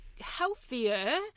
healthier